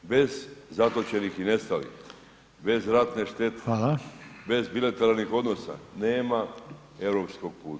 Bez zatočenih i nestalih, bez ratne štete [[Upadica: Hvala.]] bez bilateralnih odnosa nema europskog puta.